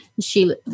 Sheila